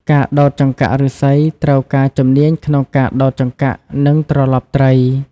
ការដោតចង្កាក់ឫស្សីត្រូវការជំនាញក្នុងការដោតចង្កាក់ និងត្រឡប់ត្រី។